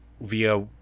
via